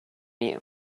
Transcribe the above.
you